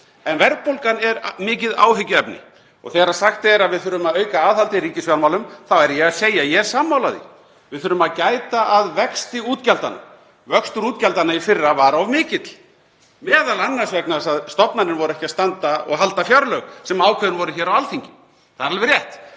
En verðbólgan er mikið áhyggjuefni og þegar sagt er að við þurfum að auka aðhald í ríkisfjármálum þá er ég að segja að ég er sammála því. Við þurfum að gæta að vexti útgjaldanna. Vöxtur útgjaldanna í fyrra var of mikill, m.a. vegna þess að stofnanir voru ekki að halda fjárlög sem ákveðin voru hér á Alþingi. Það er alveg rétt.